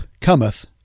cometh